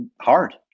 hard